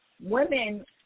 women